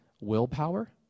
willpower